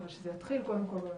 אבל שזה יתחיל קודם כל בממשלה.